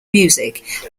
music